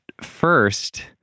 first